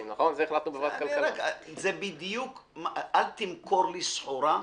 זה בדיוק אל תמכור לי סחורה פגומה.